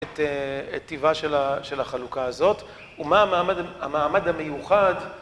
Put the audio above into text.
את טבעה של החלוקה הזאת ומה המעמד המיוחד